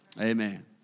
Amen